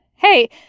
Hey